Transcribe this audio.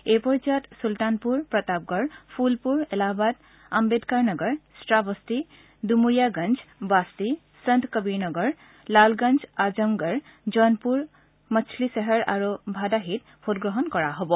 এই পৰ্যায়ত চুলতানপুৰ প্ৰতাপগড় ফুলপুৰ এলাহাবাদ আহ্বেদকাৰনগৰ শ্ৰাৱস্তী দুমৰিয়াগঞ্জ বাস্তি সন্ত কবীৰ নগৰ লালগঞ্জ আজমগড় জনপুৰ মছলিচহৰ আৰু ভাদহীত ভোটগ্ৰহণ কৰা হৰ